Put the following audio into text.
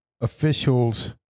officials